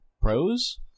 pros